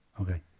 Okay